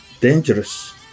Dangerous